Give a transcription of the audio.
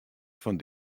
fan